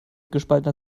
gespaltener